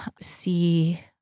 see